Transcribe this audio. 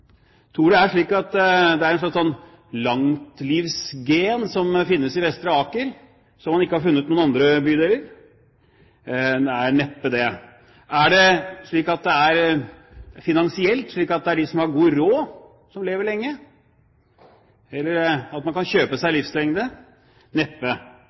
Tror man at det er et langtlivsgen som finnes i Vestre Aker, som man ikke har funnet i noen andre bydeler? Det er neppe det. Er det slik at det er finansielt, at det er de som har god råd, som lever lenge, eller at de kan kjøpe seg livslengde? Neppe.